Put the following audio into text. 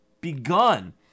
begun